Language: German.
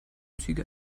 ziege